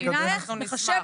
אני רוצה לומר